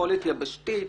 יכולת יבשתית,